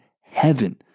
heaven